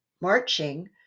marching